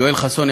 יואל חסון,